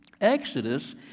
Exodus